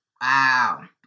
Wow